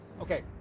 Okay